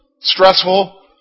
Stressful